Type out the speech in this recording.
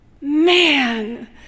man